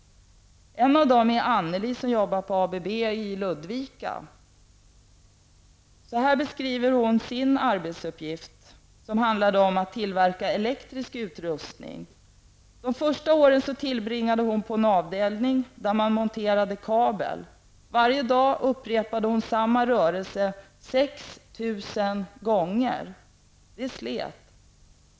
En av dem är Anneli, som jobbar på ABB i Ludvika. Hon beskriver sina arbetsuppgifter, som gällde tillverkning av elektrisk utrustning, på följande sätt. De första åren tillbringade hon på en avdelning där man monterade kabel. Varje dag upprepade hon samma rörelse 6 000 gånger. Det slet.